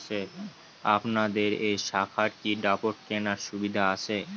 আপনাদের এই শাখায় কি ড্রাফট কেনার সুবিধা আছে?